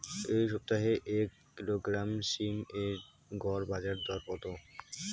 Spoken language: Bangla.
এই সপ্তাহে এক কিলোগ্রাম সীম এর গড় বাজার দর কত?